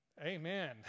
Amen